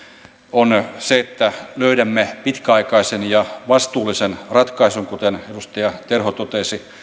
on se että löydämme pitkäaikaisen ja vastuullisen ratkaisun kuten edustaja terho totesi